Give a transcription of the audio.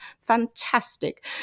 Fantastic